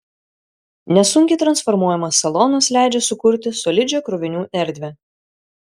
nesunkiai transformuojamas salonas leidžia sukurti solidžią krovinių erdvę